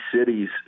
cities